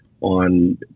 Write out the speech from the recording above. on